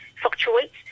fluctuates